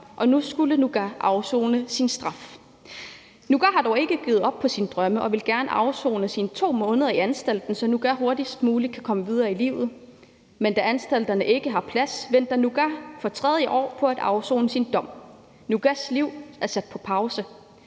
og nu skulle Nuka afsone sin straf. Nuka har dog ikke opgivet sine drømme og vil gerne afsone sine 2 måneder i anstalten, så Nuka hurtigst muligt kan komme videre i livet. Men da anstalterne ikke har plads, venter Nuka for tredje år på at afsone sin dom. Nukas liv er sat på pause.